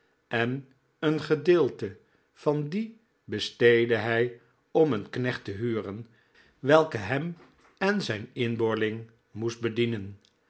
en een gedeelte van dien besteedde hij om een knecht te huren welke hem en zijn inboorling moest bedienen